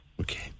Okay